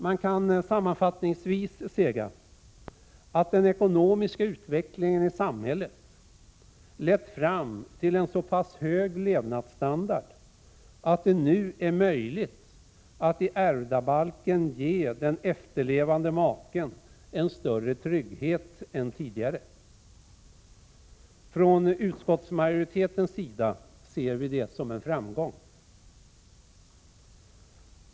Man kan sammanfattningsvis säga att den ekonomiska utvecklingen i samhället lett fram till en så pass hög levnadsstandard att det nu är möjligt att i ärvdabalken ge den efterlevande maken en större trygghet än tidigare. Från utskottsmajoritetens sida ser vi det som en framgång.